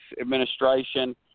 administration